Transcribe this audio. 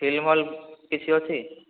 film hall କିଛି ଅଛି